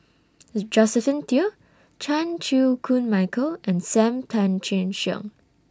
Josephine Teo Chan Chew Koon Michael and SAM Tan Chin Siong